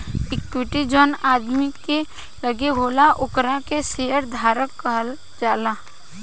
equity जवन आदमी के लगे होला ओकरा के शेयर धारक कहल जाला